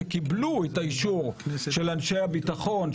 שקיבלו אישור של אנשי הביטחון,